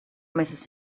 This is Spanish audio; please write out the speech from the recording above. meses